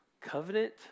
covenant